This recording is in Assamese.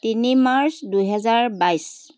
তিনি মাৰ্চ দুহেজাৰ বাইছ